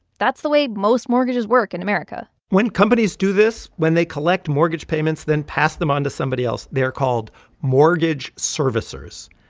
that's the way most mortgages mortgages work in america when companies do this when they collect mortgage payments then pass them on to somebody else, they're called mortgage servicers.